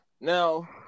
Now